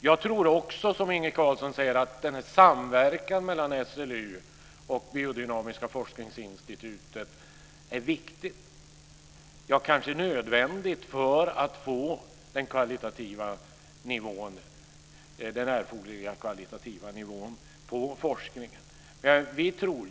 Jag tror också, som Inge Carlson säger, att den här samverkan mellan SLU och Biodynamiska forskningsinstitutet är viktig, ja kanske nödvändig, för att få den erforderliga kvalitativa nivån på forskningen.